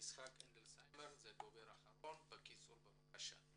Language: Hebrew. יצחק הילדסהיימר הדובר האחרון בבקשה.